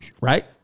Right